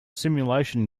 simulation